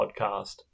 podcast